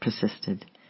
persisted